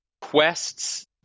quests